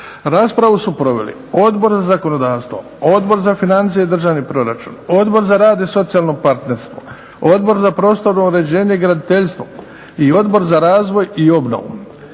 Raspravu su proveli Odbor za zakonodavstvo, Odbor za financije i državni proračun, Odbor za rad i socijalno partnerstvo, Odbor za prostorno uređenje i graditeljstvo i Odbor za razvoj i obnovu.